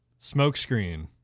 Smokescreen